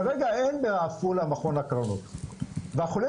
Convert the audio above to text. כרגע אין בעפולה מכון הקרנות והחולה